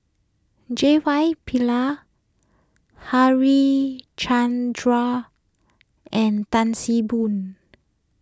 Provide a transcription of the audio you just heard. J Y Harichandra and Tan See Boo